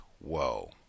whoa